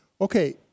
okay